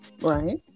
Right